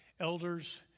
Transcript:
elders